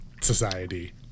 society